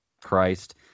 Christ